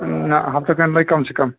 نہَ ہَفتہٕ کھنٛڈ لگہِ کَم سے کَم